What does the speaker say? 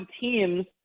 teams